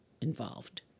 involved